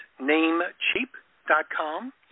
Namecheap.com